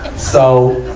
so,